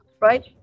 right